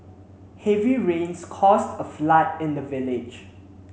heavy rains caused a flood in the village